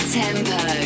tempo